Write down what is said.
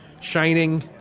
shining